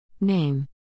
Name